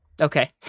Okay